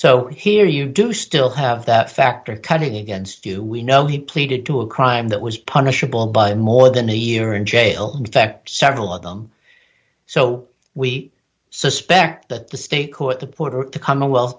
so here you do still have that factor cutting against you we know he pleaded to a crime that was punishable by more than a year in jail in fact several of them so we suspect that the state court the porter to come a wealth